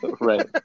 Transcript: Right